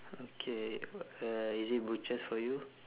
okay uh is it butchers for you